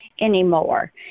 anymore